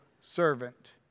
servant